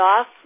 off